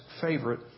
favorite